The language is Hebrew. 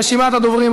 רשימת הדוברים.